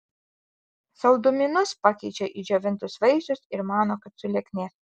saldumynus pakeičia į džiovintus vaisius ir mano kad sulieknės